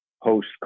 host